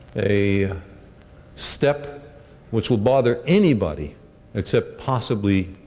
a step which will bother anybody except possibly